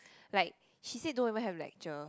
like she said don't even have lecturer